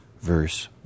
verse